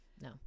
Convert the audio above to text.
no